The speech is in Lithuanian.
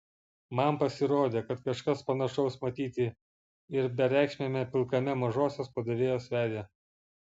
man pasirodė kad kažkas panašaus matyti ir bereikšmiame pilkame mažosios padavėjos veide